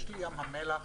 יש לים המלח